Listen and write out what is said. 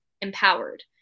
empowered